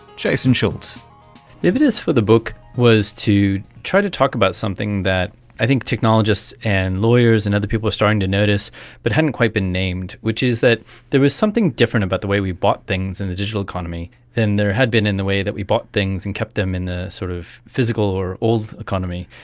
so and the impetus for the book was to try to talk about something that i think technologists and lawyers and other people are starting to notice but hadn't quite been named, which is that there is something different about the way we bought things in the digital economy than there had been in the way that we bought things and kept them in the sort of physical or old economy.